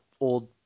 old